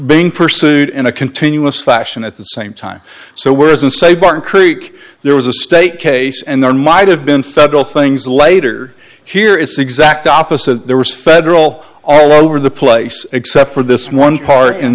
being pursued in a continuous fashion at the same time so whereas in say barton creek there was a state case and there might have been federal things later here it's exact opposite there was federal all over the place except for this one part in